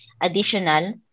additional